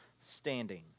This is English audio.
standing